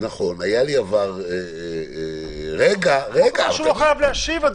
היה לי עבר -- החוק אומר שהוא לא חייב להשיב.